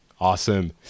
Awesome